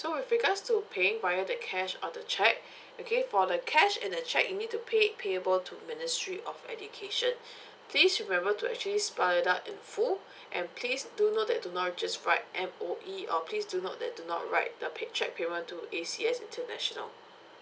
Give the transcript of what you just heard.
so with regards to paying via the cash or the check okay for the cash and the check you need to pay it payable to ministry of education please remember to actually spell it out in full and please do note that do not just write M_O_E or please do note that do not write the pa~ check payment to A_C_S international